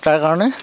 তাৰ কাৰণে